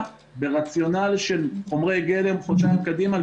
ברציונאל של חומרי גלם חודשיים קדימה,